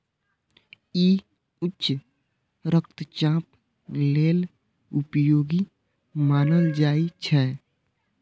ई उच्च रक्तचाप लेल उपयोगी मानल जाइ छै